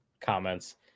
comments